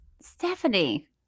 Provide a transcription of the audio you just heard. Stephanie